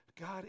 God